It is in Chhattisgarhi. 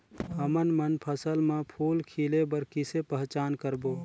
हमन मन फसल म फूल खिले बर किसे पहचान करबो?